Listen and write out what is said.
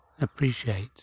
appreciate